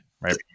right